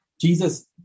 Jesus